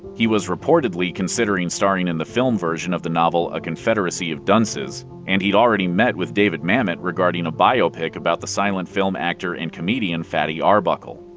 he was reportedly considering starring in the film version of the novel a confederacy of dunces. and he'd already met with david mamet regarding a biopic about the silent film actor and comedian fatty arbuckle.